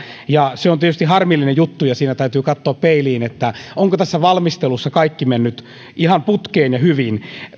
se on tietysti harmillinen juttu ja siinä täytyy katsoa peiliin onko tässä valmistelussa kaikki mennyt ihan putkeen ja hyvin